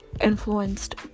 influenced